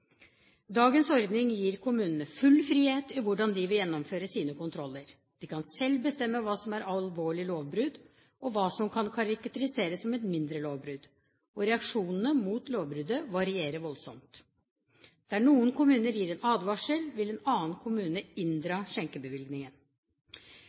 Dagens ordning gir kommunene full frihet når det gjelder hvordan de vil gjennomføre sine kontroller. De kan selv bestemme hva som er alvorlig lovbrudd, og hva som kan karakteriseres som et mindre lovbrudd, og reaksjonene mot lovbruddet varierer voldsomt. Der noen kommuner gir en advarsel, vil en annen kommune